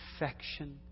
affection